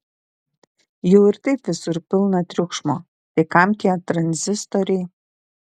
jau ir taip visur pilna triukšmo tai kam tie tranzistoriai